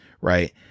right